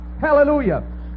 Hallelujah